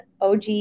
og